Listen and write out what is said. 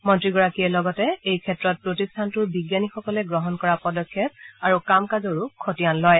মন্ত্ৰীগৰাকীয়ে লগতে এইক্ষেত্ৰত প্ৰতিষ্ঠানটোৰ বিজ্ঞানীসকলে গ্ৰহণ কৰা পদক্ষেপ আৰু কাম কাজৰো এক খতিয়ান লয়